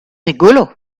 rigolo